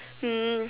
hmm